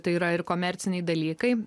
tai yra ir komerciniai dalykai